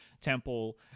temple